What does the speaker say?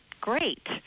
great